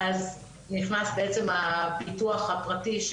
נכנס בעצם הביטוח הפרטי,